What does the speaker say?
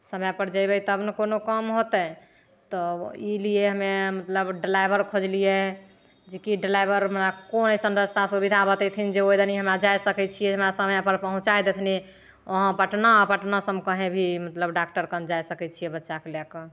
समयपर जयबै तब ने कोनो काम होतै तब ई लिए हमे मतलब डलाइवर खोजलियै जेकि डलाइवर हमरा कोइ अइसन रस्तासँ सुविधा बतयथिन जे ओहिदनी हमरा जाए सकै छियै जे हमरा समयपर पहुँचाइ देथिन ओहाँ पटना पटनासँ हम कहएँ भी डाक्टरकन जाय सकै छियै बच्चाकेँ लए कऽ